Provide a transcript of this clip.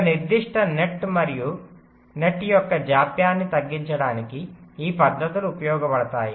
ఒక నిర్దిష్ట నెట్ యొక్క జాప్యంన్ని తగ్గించడానికి ఈ పద్ధతులు ఉపయోగించబడతాయి